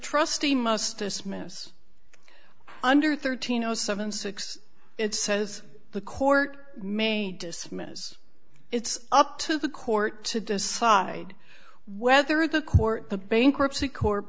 trustee must dismiss under thirteen thousand and seventy six it says the court may dismiss it's up to the court to decide whether the court the bankruptcy court